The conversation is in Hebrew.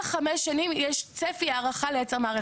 עד חמש שנים יש צפי הערכה לייצר מערכת.